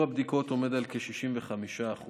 והם מוזמנים לבצע בדיקת דם סמוי בצואה אחת